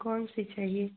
कौन सी चाहिए